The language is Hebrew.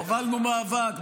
הובלנו מאבק,